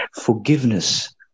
Forgiveness